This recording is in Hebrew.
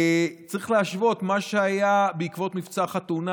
צריך להשוות: מה שהיה בעקבות מבצע חתונה,